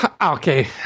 Okay